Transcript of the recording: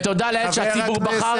תודה לאל שהציבור בחר.